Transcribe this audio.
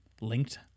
linked